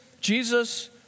Jesus